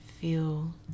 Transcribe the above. feel